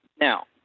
now